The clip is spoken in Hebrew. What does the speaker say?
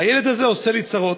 הילד הזה עושה לי צרות.